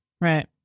Right